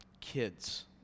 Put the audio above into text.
kids